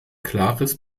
klares